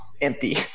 empty